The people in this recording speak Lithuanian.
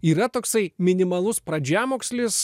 yra toksai minimalus pradžiamokslis